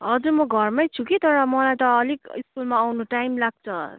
हजुर म घरमै छु कि तर मलाई त अलिक स्कुलमा आउनु टाइम लाग्छ